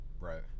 Right